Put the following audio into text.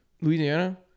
Louisiana